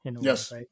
Yes